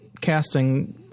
casting